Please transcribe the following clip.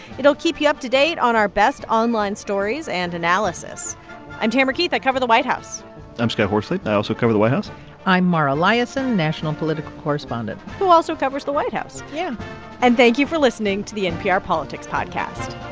it'll keep you up to date on our best online stories and analysis i'm tamara keith. i cover the white house i'm scott horsley. and i also cover the white house i'm mara liasson, national political correspondent who also covers the white house yeah and thank you for listening to the npr politics podcast